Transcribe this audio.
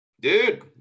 Dude